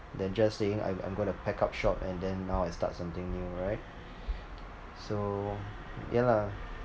than just saying I'm I'm gonna pack up shop and then now I start something new right so ya lah